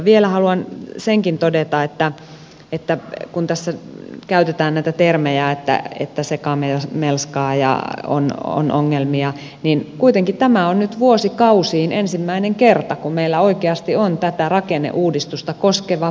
vielä haluan senkin todeta että kun tässä käytetään näitä termejä että on sekamelskaa ja on ongelmia niin kuitenkin tämä on nyt vuosikausiin ensimmäinen kerta kun meillä oikeasti on tätä rakenneuudistusta koskeva pykäläpaketti olemassa